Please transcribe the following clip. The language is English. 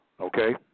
Okay